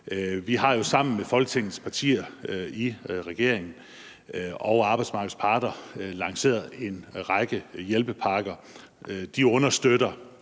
har jo sammen med Folketingets partier og med arbejdsmarkedets parter lanceret en række hjælpepakker. De understøtter